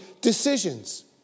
decisions